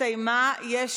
הסתייגות מס'